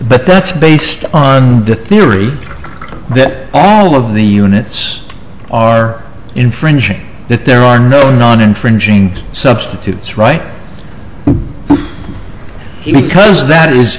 but that's based on the theory that all of the units are infringing that there are no non infringing substitutes right here because that is